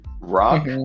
Rock